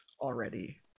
already